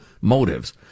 motives